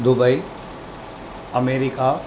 Dubai America